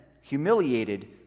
humiliated